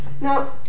Now